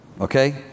okay